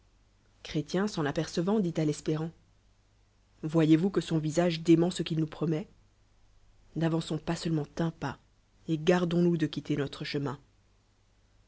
chrétie s'en apercevant dit à l'espérant v oyc vous que son visage dément ce q il nous promet n'avançons pas seulement un pas et gardoos nous de quitter notre chemin